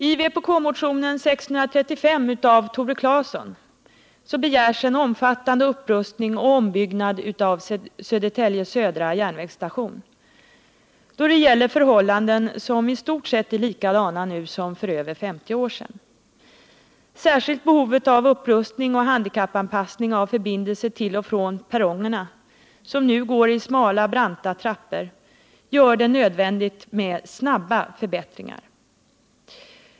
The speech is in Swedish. I vpk-motionen 635 av Tore Claeson begärs en omfattande upprustning och ombyggnad av Södertälje Södra järnvägsstation, och det gäller förhållanden som i stort sett är likadana nu som för över 50 år sedan. Särskilt behovet av upprustning och handikappanpassning av förbindelser till och från perrongerna, som nu går i smala branta trappor, gör det nödvändigt med snabba förbättringar.